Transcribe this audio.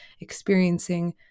experiencing